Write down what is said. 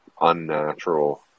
unnatural